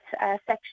section